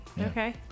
Okay